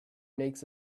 makes